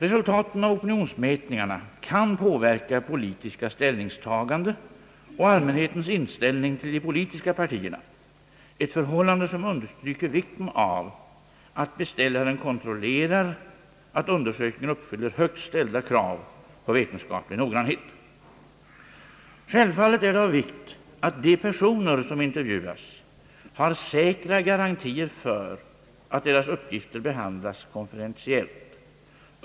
Resultaten av opinionsmätningarna kan påverka politiska ställningstaganden och allmänhetens inställning till de politiska partierna, ett förhållande som understryker vikten av att beställaren kontrollerar att undersökningen uppfyller högt ställda krav på vetenskaplig noggrannhet. Självfallet är det av vikt att de personer som intervjuas har säkra garantier för att deras uppgifter behandlas konfidentiellt.